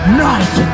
night